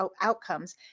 outcomes